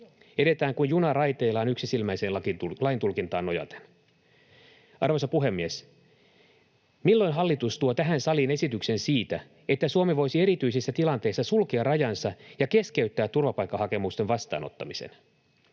Edetään kuin juna raiteillaan yksisilmäiseen laintulkintaan nojaten. Arvoisa puhemies! Milloin hallitus tuo tähän saliin esityksen siitä, että Suomi voisi erityisissä tilanteissa sulkea rajansa ja keskeyttää turvapaikkahakemusten vastaanottamisen?